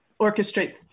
orchestrate